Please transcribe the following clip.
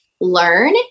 learn